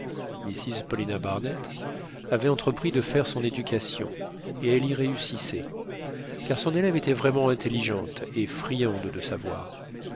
mrs paulina barnett avait entrepris de faire son éducation et elle y réussissait car son élève était vraiment intelligente et friande de savoir